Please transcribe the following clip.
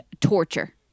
torture